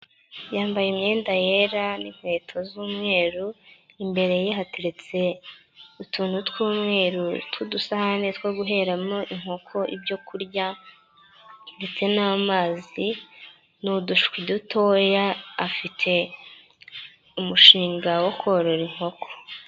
Yambaye imyenda yera n'inkweto z'umweru, imbere ye hateretse utuntu tw'umweru tw'udusahane two guheramo inkoko ibyo kurya ndetse n'amazi, ni udushwi dutoya, afite umushinga wo korora inkoko.